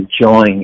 enjoying